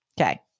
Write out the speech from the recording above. Okay